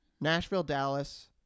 Nashville-Dallas